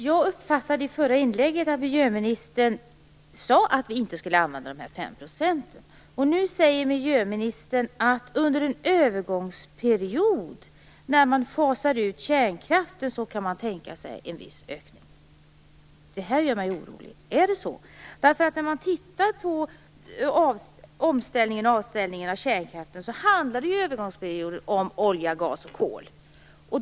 Herr talman! Jag uppfattade att miljöministern i det förra inlägget sade att vi inte skulle använda de fem procenten. Nu säger miljöministern att, under en övergångsperiod när man fasar ut kärnkraften, kan man tänka sig en viss ökning. Det gör mig orolig. Är det så? När man tittar på avställningen av kärnkraften handlar det under övergångsperioden om olja, gas och kol.